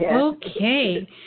okay